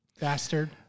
bastard